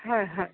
হয় হয়